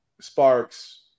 Sparks